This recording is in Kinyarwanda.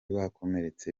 bakomeretse